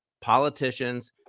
politicians